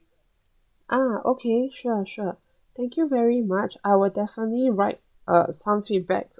ah okay sure sure thank you very much I would definitely write uh some feedback